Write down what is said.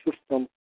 system